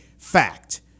Fact